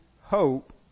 hope